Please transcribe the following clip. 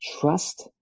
trust